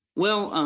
well,